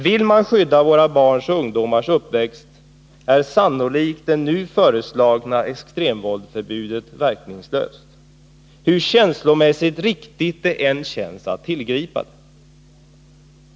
Vill man skydda våra barns och ungdomars uppväxt, är sannolikt det nu föreslagna extremvåldsförbudet verkningslöst, hur riktigt det än känns att tillgripa det.